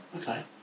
Okay